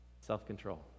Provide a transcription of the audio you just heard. self-control